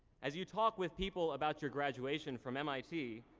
as you talk with people about your graduation from mit,